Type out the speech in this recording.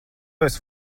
esi